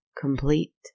complete